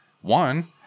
one